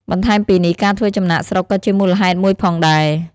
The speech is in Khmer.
បន្ថែមពីនេះ ការធ្វើចំណាកស្រុកក៏ជាមូលហេតុមួយផងដែរ។